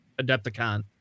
adepticon